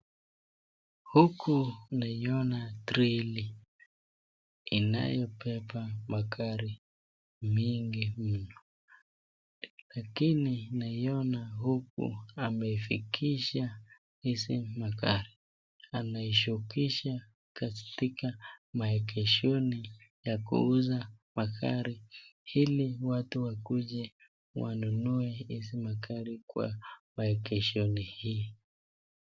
Huku naiona treli inayobeba magari mingi mno, lakini naiona huku ameifikisha hizi magari. Anaishukisha katika maegeshoni ya kuuza magari ili watu wakuje wanunue hizi magari kwa maegeshoni hii.